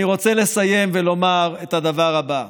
אני רוצה לסיים ולומר את הדבר הבא: